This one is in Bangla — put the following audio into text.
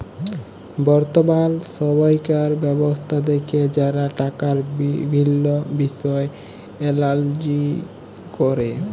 বর্তমাল সময়কার ব্যবস্থা দ্যাখে যারা টাকার বিভিল্ল্য বিষয় এলালাইজ ক্যরে